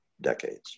decades